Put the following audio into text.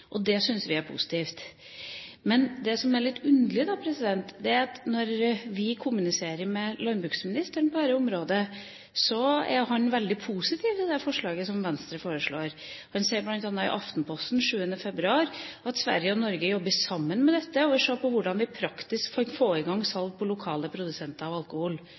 Det syns vi er positivt. Men det som er litt underlig, er at når vi kommuniserer med landbruksministeren på dette området, er han veldig positiv til Venstres forslag. Han sier bl.a. i Aftenposten 7. februar: «Sverige og Norge jobber sammen om dette.» Han vil se på hvordan vi praktisk kan få i gang salg av alkohol fra lokale produsenter.